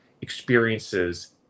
experiences